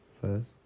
First